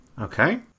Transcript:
Okay